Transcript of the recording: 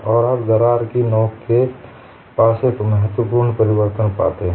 और आप दरार की नोक के पास एक महत्वपूर्ण परिवर्तन पाते हैं